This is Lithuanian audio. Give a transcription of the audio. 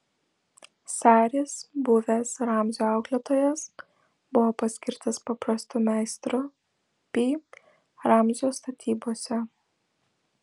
saris buvęs ramzio auklėtojas buvo paskirtas paprastu meistru pi ramzio statybose